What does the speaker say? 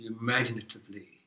imaginatively